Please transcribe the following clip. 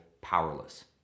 powerless